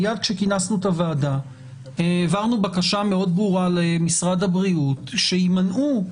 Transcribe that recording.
מיד כשכינסנו את הוועדה העברנו בקשה מאוד ברורה למשרד הבריאות שימנעו,